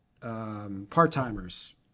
part-timers